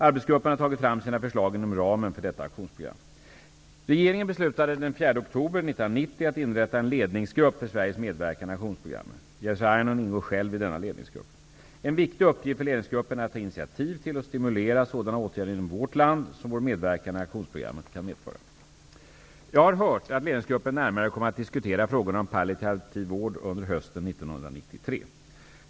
Arbetsgruppen har tagit fram sina förslag inom ramen för detta aktionsprogram. Regeringen beslutade den 4 oktober 1990 att inrätta en ledningsgrupp för Sveriges medverkan i aktionsprogrammet. Jerzy Einhorn ingår själv i denna ledningsgrupp. En viktig uppgift för ledningsgruppen är att ta initiativ till och stimulera sådana åtgärder inom vårt land som vår medverkan i aktionsprogrammet kan medföra. Jag har hört att ledningsgruppen närmare kommer att diskutera frågorna om palliativ vård under hösten 1993.